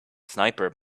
sniper